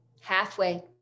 Halfway